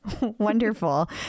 Wonderful